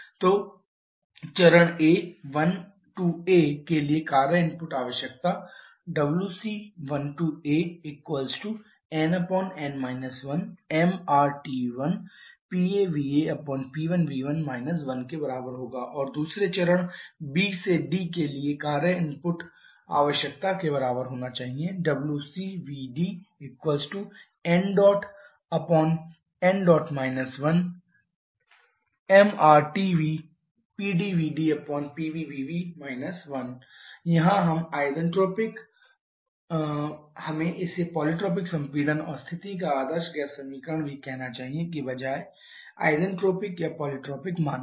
तो चरण A 1 A के लिए कार्य इनपुट आवश्यकता wc1 Ann 1mRT1PAVAP1V1 1 और दूसरे चरण B से D के लिए कार्य की इनपुट आवश्यकता के बराबर होना चाहिए wcB Dńń 1mRTBPDVDPBVB 1 यहाँ हम आइसन्ट्रोपिक हमें इसे पॉलीट्रॉपिक सम्पीडन और स्थिति का आदर्श गैस समीकरण भी कहना चाहिए के बजाय आइसन्ट्रोपिक या पॉलीट्रॉपिक मान रहे हैं